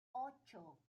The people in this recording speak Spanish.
ocho